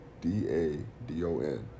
D-A-D-O-N